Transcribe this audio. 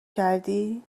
کردی